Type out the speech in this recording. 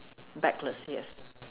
backwards yes